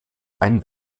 einen